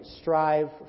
strive